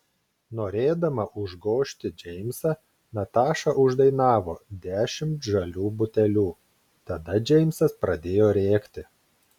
norėdama užgožti džeimsą nataša uždainavo dešimt žalių butelių tada džeimsas pradėjo rėkti